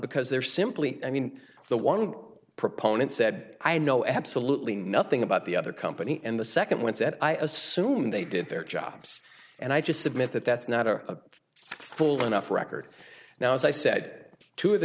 because there simply i mean the one proponent said i know absolutely nothing about the other company and the second one set i assume they did their jobs and i just submit that that's not a full enough record now as i said to the